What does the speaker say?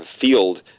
field